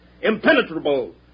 impenetrable